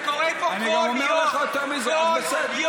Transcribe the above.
זה קורה פה, אני גם אומר לך יותר מזה, כל יום.